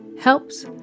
helps